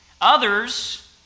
Others